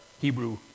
Hebrew